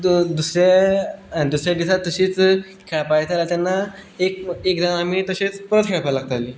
दुसरे दुसरे दिसा तशीच खेळपा येताले तेन्ना एक एकदां आमी तशेंच परत खेळपा लागतालीं